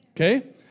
Okay